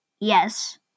Yes